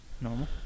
normal